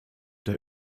der